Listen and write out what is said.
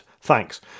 thanks